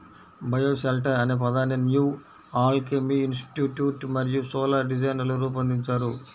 bioshelter అనే పదాన్ని new alchemy institute మరియు సోలార్ డిజైనర్లు రూపొందించారు